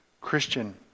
Christian